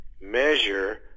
measure